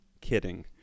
kidding